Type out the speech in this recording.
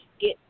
get